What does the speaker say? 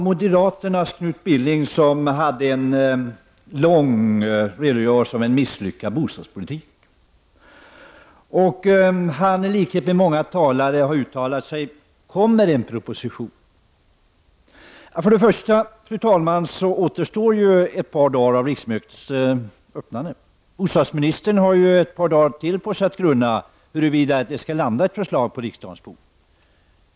Moderaternas Knut Billing gav en lång redogörelse för en misslyckad bostadspolitik. I likhet med många andra talare undrade han om det kommer att läggas fram någon proposition. Jag vill påpeka att det ju återstår ett par dagar av detta riksmöte. Bostadsministern har ännu tid på sig att grunna över huruvida det skall komma något förslag på riksdagens bord.